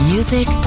Music